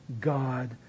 God